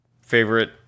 favorite